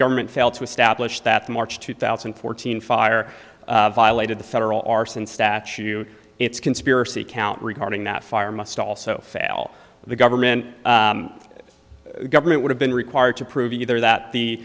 government failed to establish that the march two thousand and fourteen fire violated the federal arson statue it's conspiracy count regarding that fire must also fail the government government would have been required to prove either that